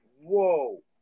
whoa